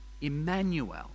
Emmanuel